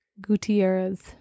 Gutierrez